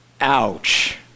Ouch